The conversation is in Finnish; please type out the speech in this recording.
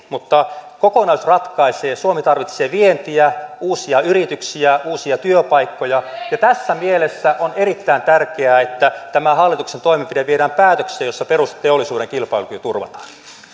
mutta kokonaisuus ratkaisee ja suomi tarvitsee vientiä uusia yrityksiä uusia työpaikkoja ja tässä mielessä on erittäin tärkeää että tämä hallituksen toimenpide viedään päätökseen jossa perusteollisuuden kilpailukyky turvataan